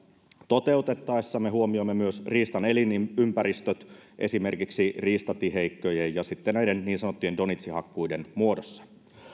toteutettaessa me huomioimme myös riistan elinympäristöt esimerkiksi riistatiheikköjen ja sitten näiden niin sanottujen donitsihakkuiden muodossa